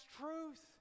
truth